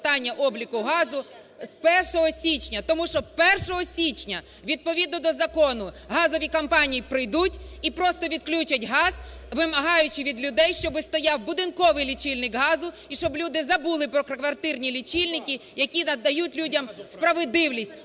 відповідно до закону газові компанії прийдуть і просто відключать газ, вимагаючи від людей, щоб стояв будинковий лічильник газу і щоб люди забули про квартирні лічильники, які надають людям справедливість